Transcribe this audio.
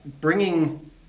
bringing